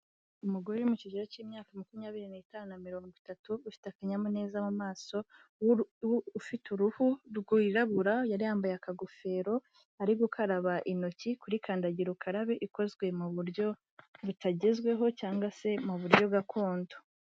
Umugore uri mu kigero k'imyaka makumyabiri n'itanu na mirongo itatu, ufite akanyamuneza mu maso, ufite uruhu rwirabura yari yambaye akagofero, ari gukaraba intoki kuri kandagira ukararabe ikozwe mu buryo butagezweho cyangwa se mu buryo gakondo.